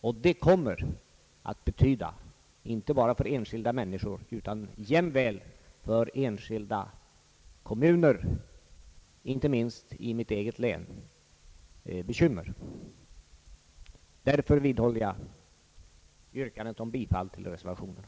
Och det kommer att betyda bekymmer, inte bara för enskilda människor, utan jämväl för många kommuner, inte minst i mitt eget län. Därför vidhåller jag, herr talman, mitt yrkande om bifall till reservationerna.